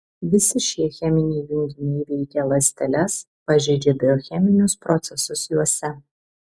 visi šie cheminiai junginiai veikia ląsteles pažeidžia biocheminius procesus juose